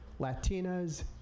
Latinas